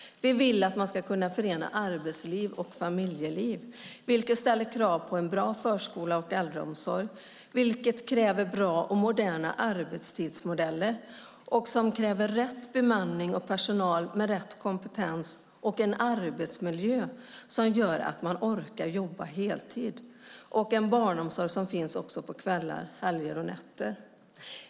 Vi vill att man ska kunna förena arbetsliv och familjeliv, vilket ställer krav på bra förskola och äldreomsorg, bra och moderna arbetstidsmodeller med rätt bemanning och personal med rätt kompetens, en arbetsmiljö som gör att man orkar jobba heltid samt en barnomsorg som finns också på kvällar, helger och nätter.